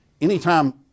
Anytime